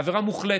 עבירה מוחלטת,